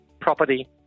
property